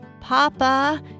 Papa